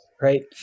right